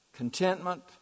Contentment